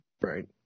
Right